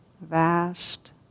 Vast